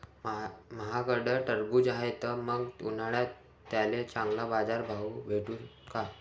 माह्याकडं टरबूज हाये त मंग उन्हाळ्यात त्याले चांगला बाजार भाव भेटन का?